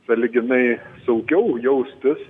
sąlyginai saugiau jaustis